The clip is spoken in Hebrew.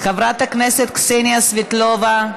חברת הכנסת קסניה סבטלובה,